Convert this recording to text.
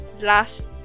last